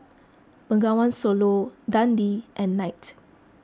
Bengawan Solo Dundee and Knight